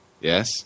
Yes